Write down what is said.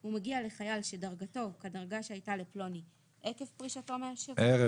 הוא מגיע לחייל שדרגתו כדרגה שהייתה לפלוני ערב פרישתו